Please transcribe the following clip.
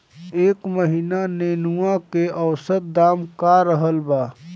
एह महीना नेनुआ के औसत दाम का रहल बा?